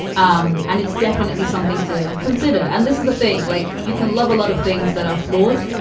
um and it's definitely something to consider. and this is the thing like you can love a lot of things that are flawed.